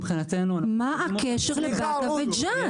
מבחינתנו -- מה הקשר לבאקה וג'ת?